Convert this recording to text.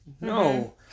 No